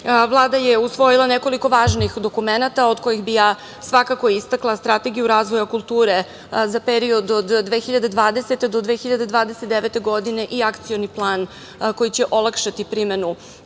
Vlada je usvojila nekoliko važnih dokumenata, od kojih bi svakako istakla Strategiju razvoja kulture za period od 2020. do 2029. godine, a Akcioni plan koji će olakšati primenu